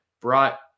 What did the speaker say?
brought